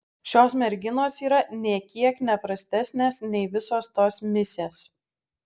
šios merginos yra nė kiek ne prastesnės nei visos tos misės